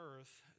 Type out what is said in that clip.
earth